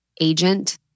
agent